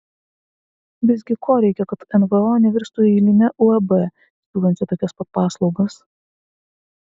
visgi ko reikia kad nvo nevirstų eiline uab siūlančia tokias pat paslaugas